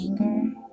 anger